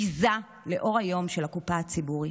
ביזה לאור היום של הקופה הציבורית.